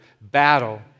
battle